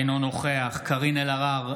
אינו נוכח קארין אלהרר,